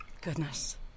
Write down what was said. Goodness